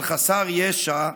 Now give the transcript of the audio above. על חסר ישע,